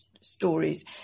stories